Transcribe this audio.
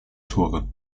tore